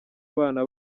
abana